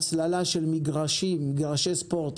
הצללה של מגרשים, מגרשי ספורט.